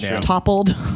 toppled